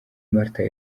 martin